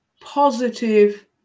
positive